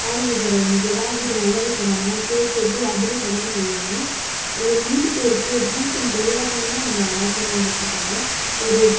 anniversary அன்றைக்கி ஏதாவது வீட்டில் நல்ல விஷயம் நடந்தால் கேக் வெட்டி அதில் செலவு செய்யாமல் ஏ மீதி பேருக்கு முன் பின் தெரியாதவங்களும் நம்மளை வாழ்த்தணுங்கிறதுக்காக ஒரு